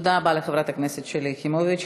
תודה רבה לחברת הכנסת שלי יחימוביץ.